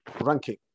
ranking